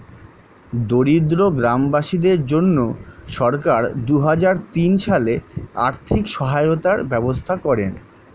দরিদ্র গ্রামবাসীদের জন্য সরকার দুহাজার তিন সালে আর্থিক সহায়তার ব্যবস্থা করেন